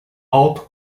auto